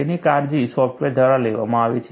તેની કાળજી સોફ્ટવેર દ્વારા લેવામાં આવે છે